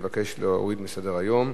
מבקש להוריד מסדר-היום.